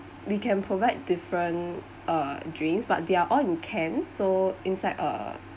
we can provide different uh drinks but they're all in can so inside ah